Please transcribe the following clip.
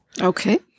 okay